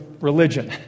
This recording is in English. religion